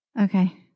Okay